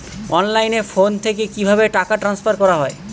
অনলাইনে ফোন থেকে কিভাবে টাকা ট্রান্সফার করা হয়?